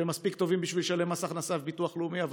שהם מספיק טובים בשביל לשלם מס הכנסה וביטוח לאומי אבל